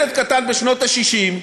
כילד קטן בשנות ה-60,